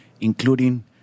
including